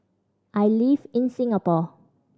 I live in Singapore